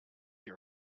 your